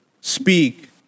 speak